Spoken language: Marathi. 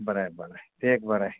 बरं आहे बरं आहे ते एक बरं आहे